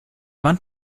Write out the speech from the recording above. wand